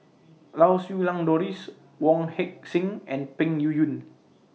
Lau Siew Lang Doris Wong Heck Sing and Peng Yuyun